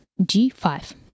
g5